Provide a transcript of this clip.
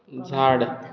झाड